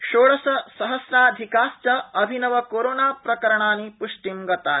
षोडशसहस्राधिकाश्च अभिनव कोरोनाप्रकरणानि प्ष्टिं गतानि